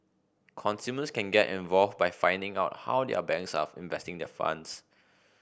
consumers can get involved by finding out how their banks are investing funds